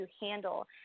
handle